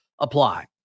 apply